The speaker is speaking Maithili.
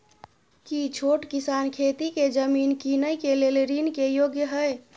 की छोट किसान खेती के जमीन कीनय के लेल ऋण के योग्य हय?